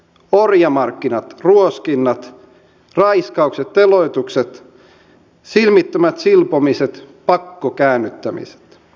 orjamarkkinat ruoskinnat raiskaukset teloitukset silmittömät silpomiset pakkokäännyttämiset